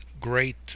great